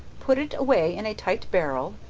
put it away in a tight barrel,